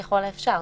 ככל האפשר",